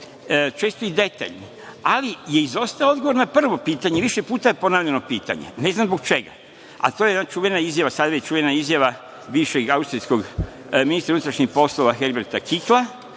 često i detaljni, ali je izostao odgovor na prvo pitanje. Više puta je ponavljano pitanje. Ne znam zbog čega? To je jedna čuvena izjava bivšeg austrijskog ministra unutrašnjih poslova Herberta Kikla